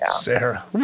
Sarah